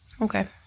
Okay